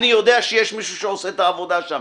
אני יודע שיש מישהו שעושה את העבודה שלו.